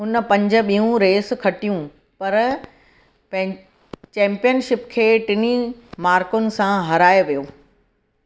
हुन पंज ॿियूं रेस खटियूं पर पैं चैंपियनशिप खे टिनी मार्कूनि सां हाराए वियो